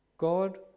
God